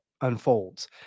unfolds